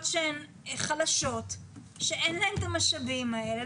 שהן חלשות ואין להן את המשאבים האלה,